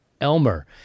Elmer